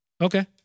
Okay